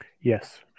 yes